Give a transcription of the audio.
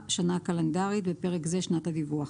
שנה קלנדרית (בפרק זה שנת הדיווח).